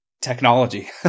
technology